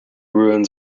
ruins